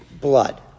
blood